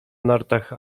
nartach